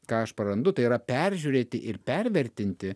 ką aš prarandu tai yra peržiūrėti ir pervertinti